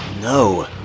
No